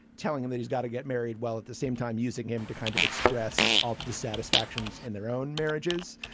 telling him he's got to get married while at the same time using him to kind of express all the dissatisfactions in their own marriages.